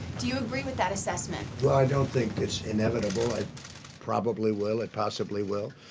do you agree with that assessment? well, i don't think it's inevitable. it probably will, it possibly will,